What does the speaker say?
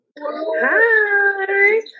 Hi